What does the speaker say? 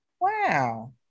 Wow